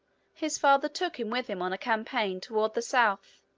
his father took him with him on a campaign toward the south,